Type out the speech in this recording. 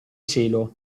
cielo